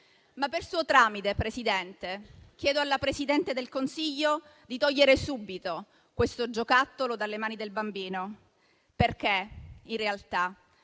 Ma per suo tramite, signora Presidente, chiedo alla Presidente del Consiglio di togliere subito questo giocattolo dalle mani del bambino perché in realtà